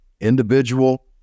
individual